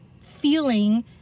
feeling